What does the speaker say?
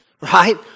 right